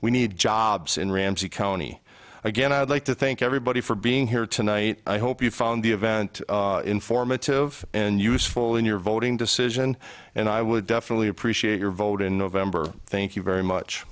we need jobs in ramsey county again i'd like to thank everybody for being here tonight i hope you found the event informative and useful in your voting decision and i would definitely appreciate your vote in november thank you very much